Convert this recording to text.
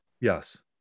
Yes